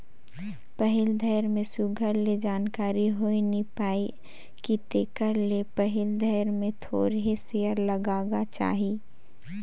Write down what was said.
पहिल धाएर में सुग्घर ले जानकारी होए नी पाए कि तेकर ले पहिल धाएर में थोरहें सेयर लगागा चाही